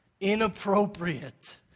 Inappropriate